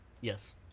Yes